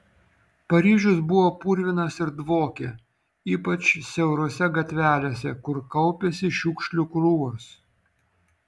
paryžius buvo purvinas ir dvokė ypač siaurose gatvelėse kur kaupėsi šiukšlių krūvos